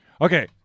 Okay